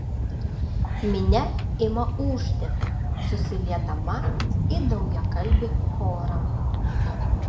minia ima ūžti susiliedama į daugiakalbį chorą